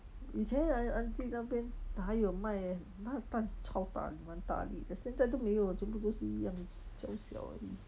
以前 aun~ auntie 那片还有卖 eh 她的蛋超大粒蛮大粒的现在都没要了前部都是一样小小而已